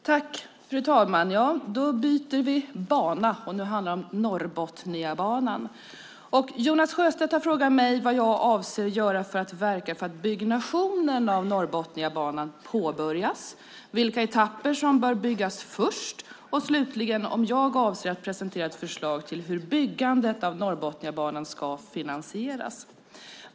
Fru talman! Då byter vi bana, och nu handlar det om Norrbotniabanan. Jonas Sjöstedt har frågat mig vad jag avser att göra för att verka för att byggnationen av Norrbotniabanan påbörjas, vilka etapper som bör byggas först och slutligen om jag avser att presentera ett förslag till hur byggandet av Norrbotniabanan ska finansieras.